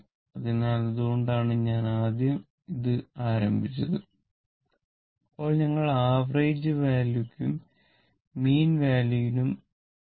അതിനാൽ അതുകൊണ്ടാണ് ഞാൻ ആദ്യം ഇത് ആരംഭിച്ചത് അപ്പോൾ ഞങ്ങൾ ആവറേജ് വാല്യൂക്കും മീൻ വാല്യൂക്കും വരും